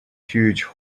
huge